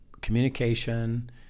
communication